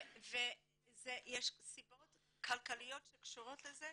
ויש סיבות כלכליות שקשורות לזה.